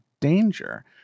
danger